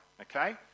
Okay